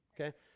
okay